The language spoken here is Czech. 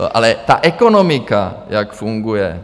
Ale ta ekonomika, jak funguje.